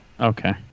Okay